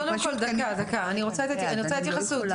רוצה התייחסות,